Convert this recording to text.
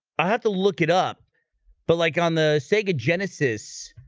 i have to look it up but like on the sega genesis